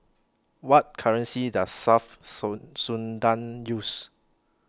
What currency Does South Sudan use